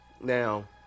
Now